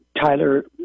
Tyler